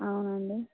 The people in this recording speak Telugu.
అవునండి